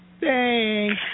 Thanks